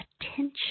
attention